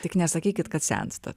tik nesakykit kad senstat